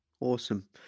Awesome